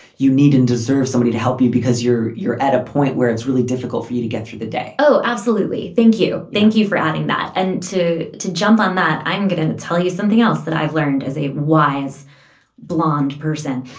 you need and deserve somebody to help you because you're you're at a point where it's really difficult for you to get through the day oh, absolutely. thank you. thank you for adding that. and to to jump on that, i'm going to tell you something else that i've learned as a wise blonde person